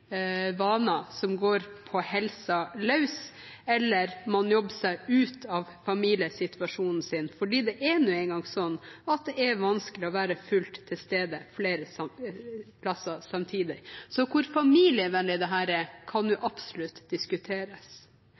som går på helsen løs, eller man jobber seg ut av familiesituasjonen sin. Det er nå engang slik at det er vanskelig å være fullt til stede flere plasser samtidig. Hvor familievennlig dette er, kan absolutt diskuteres.